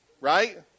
Right